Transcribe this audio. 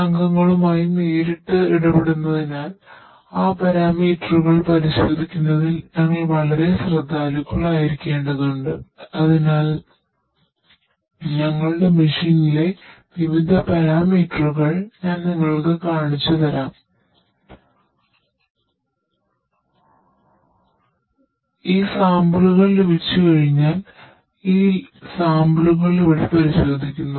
അതിനാൽ ഞങ്ങൾക്ക് ഈ സാമ്പിളുകൾ ലഭിച്ചുകഴിഞ്ഞാൽ ഈ സാമ്പിളുകൾ ഇവിടെ പരിശോധിക്കുന്നു